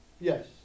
Yes